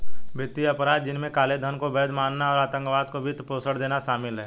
वित्तीय अपराध, जिनमें काले धन को वैध बनाना और आतंकवाद को वित्त पोषण देना शामिल है